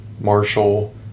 Marshall